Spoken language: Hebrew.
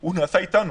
הוא נעשה איתנו.